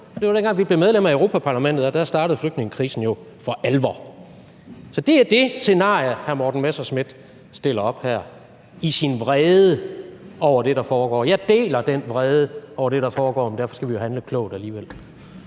Det var, dengang vi to blev medlem af Europa-Parlamentet, og dér startede flygtningekrisen jo for alvor. Så det er det scenarie, hr. Morten Messerschmidt stiller op her i sin vrede over det, der foregår. Jeg deler den vrede over det, der foregår, men derfor skal vi jo handle klogt alligevel.